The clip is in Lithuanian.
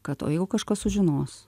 kad o jeigu kažkas sužinos